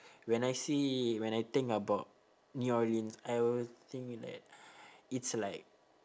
when I see when I think about new orleans I will think that it's like